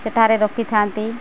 ସେଠାରେ ରୋକିଥାନ୍ତି